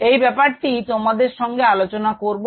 এই ব্যাপারটি তোমাদের সঙ্গে আলোচনা করব